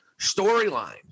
storyline